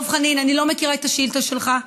דב חנין, אני לא מכירה את השאילתה שלך.